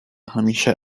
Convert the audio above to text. همیشه